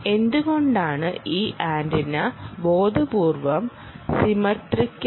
എന്തുകൊണ്ടാണ് ഈ ആന്റിന ബോധപൂർവ്വം സിമട്റിക്കൽ